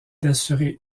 d’assurer